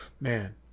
man